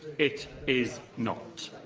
it is not.